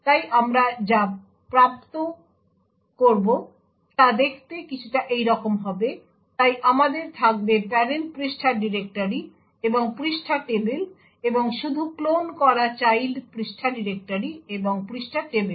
তাই আমরা যা প্রাপ্ত করব তা দেখতে কিছুটা এইরকম হবে তাই আমাদের থাকবে প্যারেন্ট পৃষ্ঠার ডিরেক্টরি এবং পৃষ্ঠা টেবিল এবং শুধু ক্লোন করা চাইল্ড পৃষ্ঠা ডিরেক্টরি এবং পৃষ্ঠা টেবিল